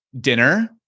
dinner